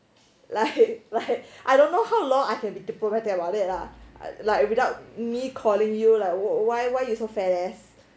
like like I don't know how long I can be diplomatic about it lah I like without me calling you like what why why you so fat ass